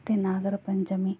ಮತ್ತು ನಾಗರ ಪಂಚಮಿ